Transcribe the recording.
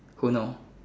who know